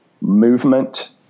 movement